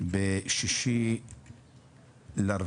ב-6.4